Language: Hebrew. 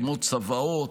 כמו צוואות,